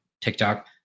TikTok